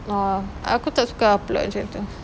oh aku tak suka ah plot macam gitu